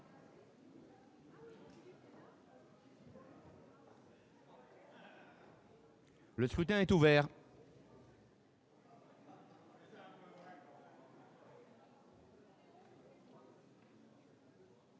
Le scrutin est ouvert.